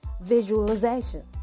visualization